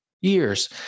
years